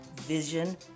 Vision